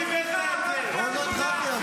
עוד לא התחלנו.